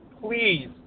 please